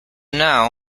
now